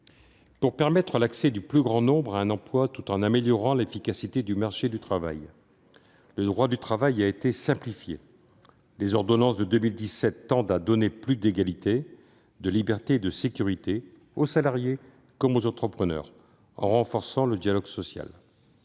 Pour permettre l'accès du plus grand nombre à un emploi tout en améliorant l'efficacité du marché du travail, le droit du travail a été simplifié. Les ordonnances de 2017 tendent à offrir plus d'égalité, de liberté et de sécurité, aux salariés comme aux entrepreneurs, en renforçant le dialogue social.